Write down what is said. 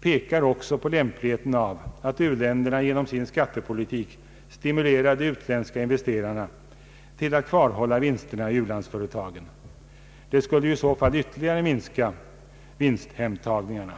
pekar också på lämpligheten av att u-länderna genom sin skattepolitik stimulerar de utländska investerarna att kvarhålla vinsterna i u-landet. Det skulle i så fall ytterligare minska vinsthemtagningarna.